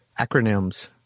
Acronyms